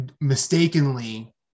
mistakenly